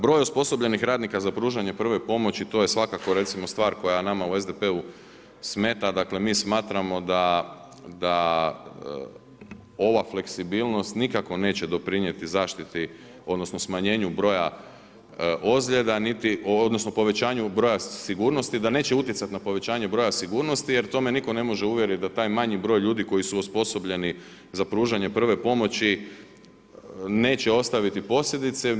Broj osposobljenih radnika za pružanje prve pomoći, to je svakako recimo stvar koja nama u SDP-u smeta, dakle mi smatramo da ova fleksibilnost nikako neće doprinijeti zaštiti, odnosno smanjenju broja ozljeda, niti, odnosno povećanju broja sigurnosti, da neće utjecat na povećanje broja sigurnosti, jer to me nitko ne može uvjerit da taj manji broj ljudi koji su osposobljeni za pružanje prve pomoći neće ostaviti posljedice.